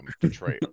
Detroit